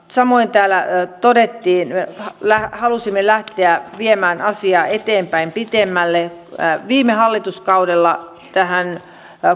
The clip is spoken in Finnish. samoin täällä todettiin että halusimme lähteä viemään asiaa eteenpäin pitemmälle viime hallituskaudella tähän